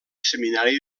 seminari